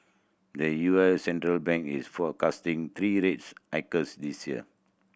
the U S central bank is forecasting three rates hikes this year